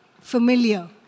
familiar